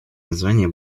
название